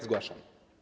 Zgłaszam.